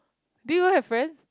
do you have friends